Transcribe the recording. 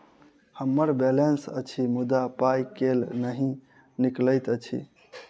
हम्मर बैलेंस अछि मुदा पाई केल नहि निकलैत अछि?